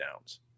downs